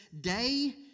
day